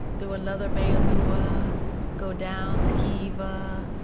do another meia lua go down, skiva,